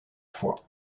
fois